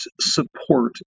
support